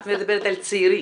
את מדברת על צעירים.